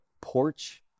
porch